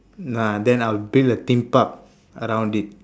uh then I will build a theme park around it